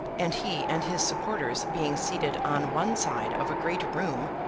and he and his supporters being seated on one side of a great room,